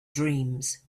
dreams